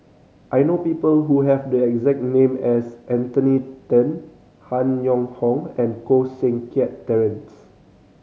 I know people who have the exact name as Anthony Then Han Yong Hong and Koh Seng Kiat Terence